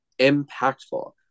impactful